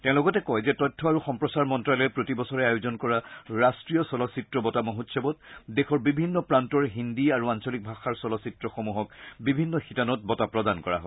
তেওঁ লগতে কয় যে তথ্য আৰু সম্প্ৰচাৰ মন্তালয়ে প্ৰতি বছৰে আয়োজন কৰা ৰাষ্ট্ৰীয় চলচ্চিত্ৰ বঁটা মহোৎসৱত দেশৰ বিভিন্ন প্ৰান্তৰ হিন্দী আৰু আঞ্চলিক ভাষাৰ চলিচ্চিত্ৰসমূহক বিভিন্ন শিতানত বঁটা প্ৰদান কৰা হয়